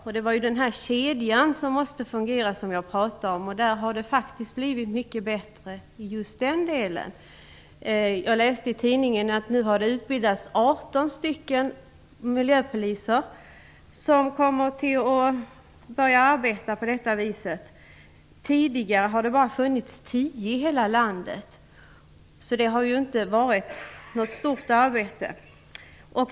Jag talade tidigare om att det är en hel kedja som måste fungera. Där har det faktiskt blivit mycket bättre. Jag läste i tidningen att det nu har utbildats 18 miljöpoliser som kommer att arbeta på det viset. Tidigare har det bara funnits 10 miljöpoliser i hela landet, så de har ju inte kunnat utföra något stort arbete.